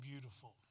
beautiful